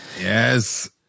Yes